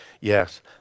Yes